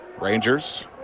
Rangers